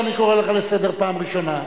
אני קורא אותך לסדר פעם ראשונה.